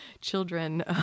Children